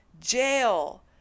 jail